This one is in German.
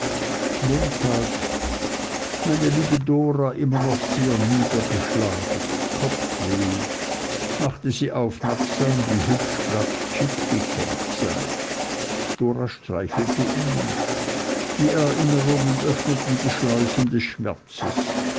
montag meine liebe d immer noch sehr niedergeschlagen kopfweh machte sie aufmerksam wie hübsch glatt j gekämmt sei d streichelte ihn die erinnerungen öffneten die schleusen des schmerzes